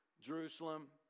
jerusalem